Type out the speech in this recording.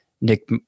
Nick